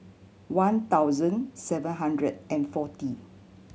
one thousand seven hundred and forty